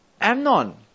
Amnon